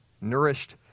nourished